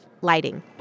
lighting